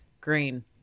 green